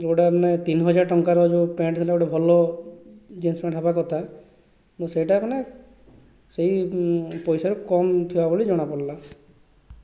ଯେଉଁଟା ଆମେ ତିନିହଜାର ଟଙ୍କାର ଯେଉଁ ପ୍ୟାଣ୍ଟ ଦେଲେ ଗୋଟେ ଭଲ ଜିନ୍ସ ପ୍ୟାଣ୍ଟ ହେବା କଥା କିନ୍ତୁ ସେଇଟାମାନେ ସେହି ପଇସା କମ୍ ଥିବା ଭଳି ଜଣାପଡ଼ିଲା